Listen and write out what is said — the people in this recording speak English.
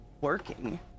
working